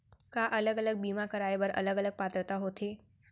का अलग अलग बीमा कराय बर अलग अलग पात्रता होथे?